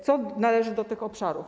Co należy do tych obszarów?